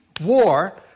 war